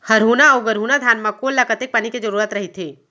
हरहुना अऊ गरहुना धान म कोन ला कतेक पानी के जरूरत रहिथे?